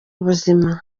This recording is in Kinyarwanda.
ubuzima